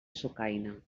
sucaina